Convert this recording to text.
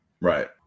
Right